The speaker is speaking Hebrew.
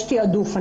יש תעדוף.